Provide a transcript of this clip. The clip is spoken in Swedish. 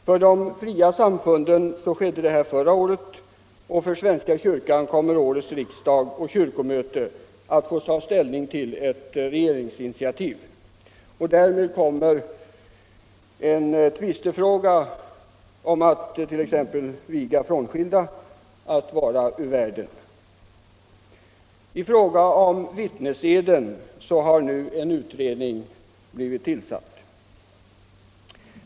För de fria samfunden skedde det förra året, och när det gäller svenska kyrkan kommer årets riksdag och kyrkomötet att få ta ställning till ett regeringsinitiativ. Därmed kommer en tvistefråga — som exempelvis gäller att viga frånskilda — att vara ur världen. I fråga om vittneseden har nu en utredning blivit tillsatt.